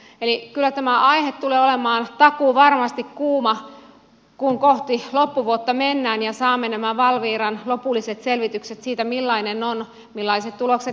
eli kyllä tämä aihe tulee olemaan takuuvarmasti kuuma kun kohti loppuvuotta mennään ja saamme nämä valviran lopulliset selvitykset siitä millaiset tulokset ne ovat